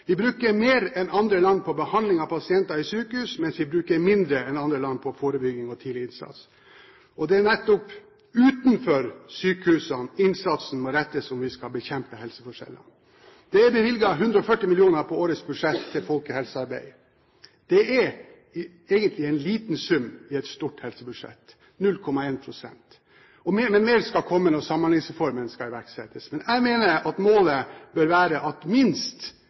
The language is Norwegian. Vi bruker mer enn andre land på behandling av pasienter på sykehus, mens vi bruker mindre enn andre land på forebygging og tidlig innsats. Det er nettopp utenfor sykehusene innsatsen må rettes om vi skal bekjempe helseforskjellene. Det er bevilget 140 mill. kr på årets budsjett til folkehelsearbeid. Det er egentlig en liten sum i et stort helsebudsjett – 0,1 pst. – men mer skal komme når Samhandlingsreformen skal iverksettes. Jeg mener at målet bør være at minst